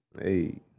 Hey